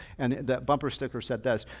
and that bumper sticker says this,